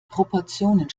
proportionen